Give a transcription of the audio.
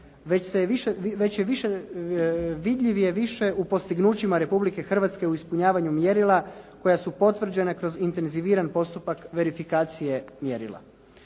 više, vidljiv je više u postignućima Republike Hrvatske u ispunjavanju mjerila koja su potvrđena kroz intenziviran postupak verifikacije mjerila.